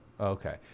okay